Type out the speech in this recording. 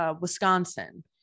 Wisconsin